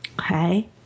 Okay